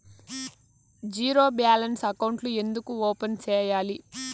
zero balance అకౌంట్లు ఎందుకు open సేయాలి